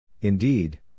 Indeed